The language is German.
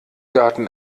daten